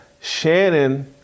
Shannon